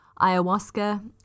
ayahuasca